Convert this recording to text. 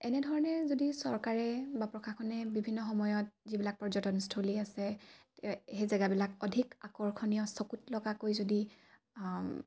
এনেধৰণে যদি চৰকাৰে বা প্ৰশাসনে বিভিন্ন সময়ত যিবিলাক পৰ্যটনস্থলী আছে সেই জেগাবিলাক অধিক আকৰ্ষণীয় চকুত লগাকৈ যদি